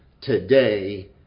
today